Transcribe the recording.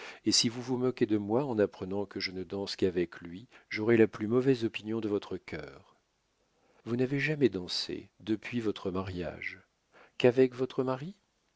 et si vous vous moquez de moi en apprenant que je ne danse qu'avec lui j'aurai la plus mauvaise opinion de votre cœur vous n'avez jamais dansé depuis votre mariage qu'avec votre mari